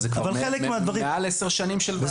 בסדר, אבל זה מעל 10 שנים של מאמצים.